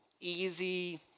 easy